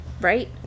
Right